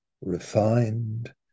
refined